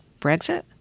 Brexit